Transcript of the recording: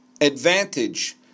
advantage